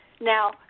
Now